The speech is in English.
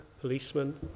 policemen